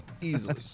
Easily